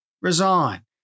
resign